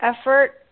effort